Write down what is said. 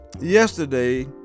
yesterday